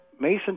Mason